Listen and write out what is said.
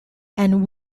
and